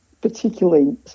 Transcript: particularly